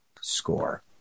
score